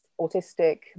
autistic